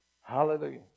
Hallelujah